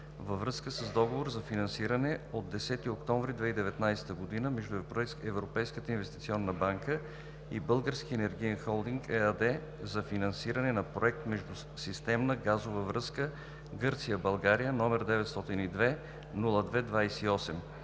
във връзка с Договор за финансиране от 10 октомври 2019 г. между Европейската инвестиционна банка и „Български енергиен холдинг“ ЕАД за финансиране на проект „Междусистемна газова връзка Гърция –България“, № 902-02-28,